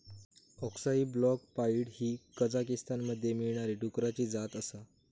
अक्साई black pied ही कझाकीस्तानमध्ये मिळणारी डुकराची जात आसा